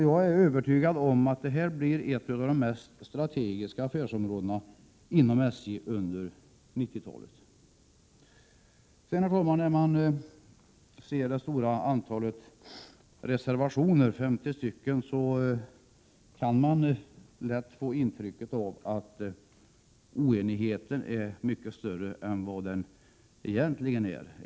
Jag är övertygad om att det här blir ett av de mest strategiska affärsområdena inom SJ under 1990-talet. Herr talman! När man ser det stora antalet reservationer — 50 stycken — kan man lätt få intrycket att oenigheten är mycket större än den egentligen är.